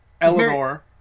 Eleanor